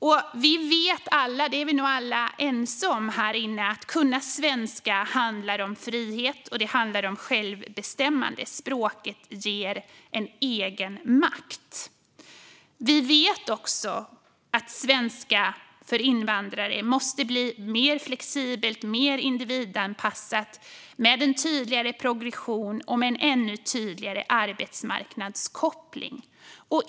Att kunna svenska - detta är vi nog alla ense om här inne - handlar om frihet och självbestämmande. Språket ger en egenmakt. Vi vet också att svenska för invandrare måste blir mer flexibelt och individanpassat med en tydligare progression och med en ännu tydligare arbetsmarknadskoppling.